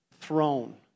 throne